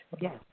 Yes